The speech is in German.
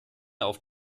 auf